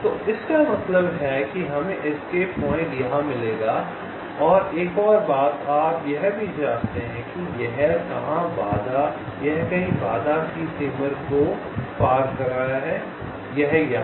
तो इसका मतलब है कि हमें एक एस्केप पॉइंट यहां मिलेगा और एक और बात आप यह भी जाँचते हैं कि यह कहाँ बाधा की सीमा को पार कर रहा है यह यहाँ है